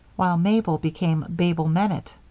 while mabel became babel mennett.